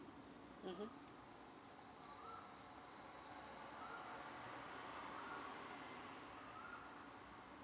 mmhmm